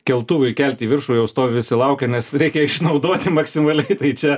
keltuvui kelti į viršų jau stovi visi laukia nes reikia išnaudoti maksimaliai tai čia